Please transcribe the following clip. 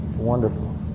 Wonderful